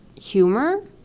humor